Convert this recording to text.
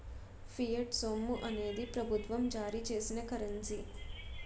fiat సొమ్ము అనేది ప్రభుత్వం జారీ చేసిన కరెన్సీ